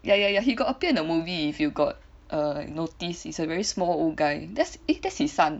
ya ya ya he got appear in the movie if you got notice is a very small old guy that eh that's his son